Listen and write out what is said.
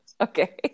Okay